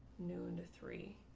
noon to three,